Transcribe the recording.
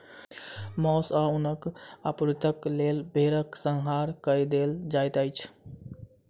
मौस आ ऊनक आपूर्तिक लेल भेड़क संहार कय देल जाइत अछि